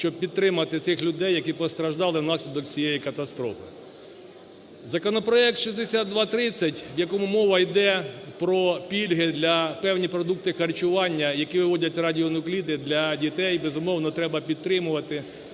щоб підтримати цих людей, які постраждали внаслідок цієї катастрофи. Законопроект 6230, в якому мова йде про пільги для… певні продукти харчування, які виводять радіонукліди, для дітей, безумовно, треба підтримувати,